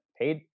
paid